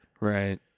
right